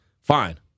Fine